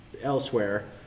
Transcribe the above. elsewhere